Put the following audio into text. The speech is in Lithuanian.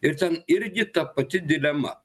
ir ten irgi ta pati dilema